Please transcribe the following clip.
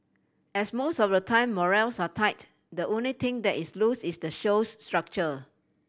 as most of the time morals are tight the only thing that is loose is the show's structure